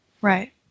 Right